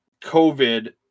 COVID